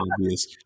obvious